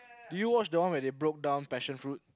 you watch the one when they broke down passion fruit